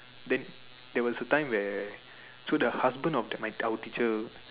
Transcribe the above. then there was a time where so the husband of that my our teacher